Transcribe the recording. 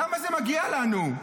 למה זה מגיע לנו?